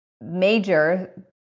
major